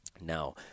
Now